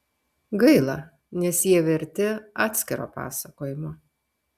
gaila nes jie verti atskiro pasakojimo